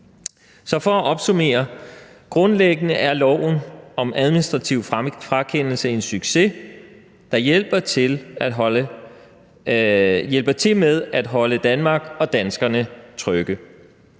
Så for at opsummere: Grundlæggende er loven om administrativ frakendelse en succes, der hjælper til med at holde Danmark og danskerne trygge.